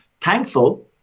Thankful